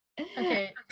Okay